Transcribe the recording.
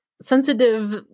sensitive